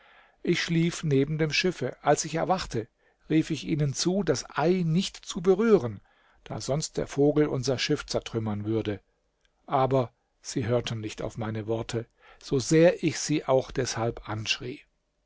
ich schlief neben dem schiffe als ich erwachte rief ich ihnen zu das ei nicht zu berühren da sonst der vogel unser schiff zertrümmern würde aber sie hörten nicht auf meine worte so sehr ich sie auch deshalb anschrie